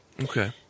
Okay